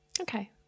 Okay